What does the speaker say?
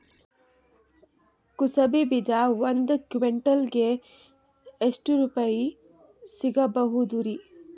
ಕುಸಬಿ ಬೀಜ ಒಂದ್ ಕ್ವಿಂಟಾಲ್ ಗೆ ಎಷ್ಟುರುಪಾಯಿ ಸಿಗಬಹುದುರೀ?